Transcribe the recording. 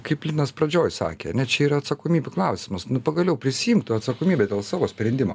kaip linas pradžioj sakė ane čia yra atsakomybių klausimas nu pagaliau prisiimk tu atsakomybę dėl savo sprendimo